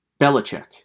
Belichick